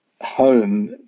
home